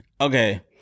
Okay